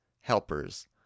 helpers